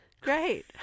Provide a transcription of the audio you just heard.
great